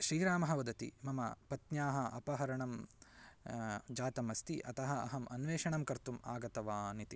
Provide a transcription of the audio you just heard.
श्रीरामः वदति मम पत्न्याः अपहरणं जातम् अस्ति अतः अहम् अन्वेषणं कर्तुम् आगतवान् इति